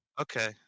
Okay